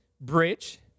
bridge